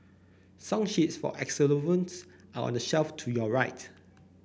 song sheets for xylophones are on the shelf to your right